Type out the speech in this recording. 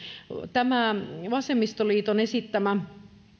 tämä oli vasemmistoliiton esittämä